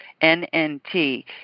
N-N-T